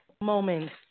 moments